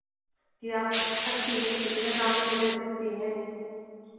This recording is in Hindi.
कि आप दे सकती हैं कितने दामों में दे सकती हैं